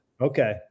Okay